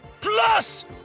Plus